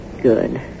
Good